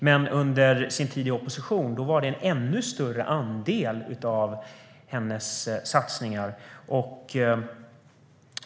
Men under hennes tid i oppositionen var det en ännu större andel av hennes satsningar.